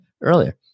earlier